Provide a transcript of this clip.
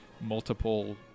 multiple